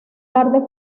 tarde